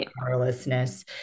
powerlessness